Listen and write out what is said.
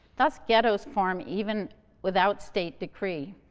thus ghettos form, even without state decree.